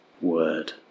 word